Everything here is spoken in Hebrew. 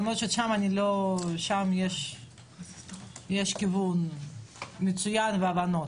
למרות ששם יש כיוון מצוין והבנות.